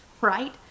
right